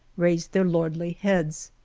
raised their lordly heads.